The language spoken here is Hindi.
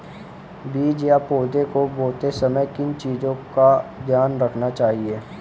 बीज या पौधे को बोते समय किन चीज़ों का ध्यान रखना चाहिए?